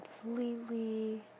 Completely